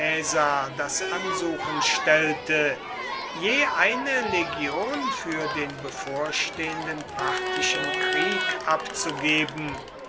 das ansuchen stellte je eine legion für den bevorstehenden parthischen krieg abzugeben